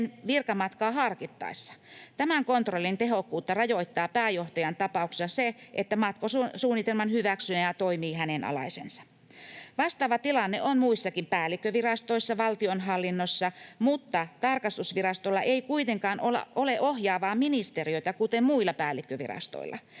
virkamatkaa harkittaessa. Tämän kontrollin tehokkuutta rajoittaa pääjohtajan tapauksessa se, että matkasuunnitelman hyväksyjänä toimii hänen alaisensa. Vastaava tilanne on muissakin päällikkövirastoissa valtionhallinnossa, mutta tarkastusvirastolla ei kuitenkaan ole ohjaavaa ministeriötä, kuten muilla päällikkövirastoilla.